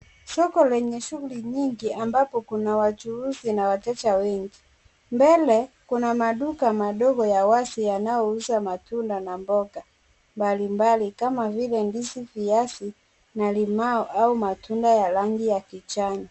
Soko lenye shughuli nyingi ambapo kuna wachuzi na wateja wengi. Mbele kuna maduka madogo ya wazi yananyouza matunda na mboga mbalimbali kama vile ndizi, viazi na limau au matunda ya rangi ya kijani.